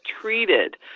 treated